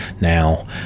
now